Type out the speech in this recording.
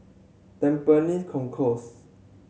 Tampines Concourse